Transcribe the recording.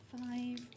five